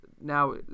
now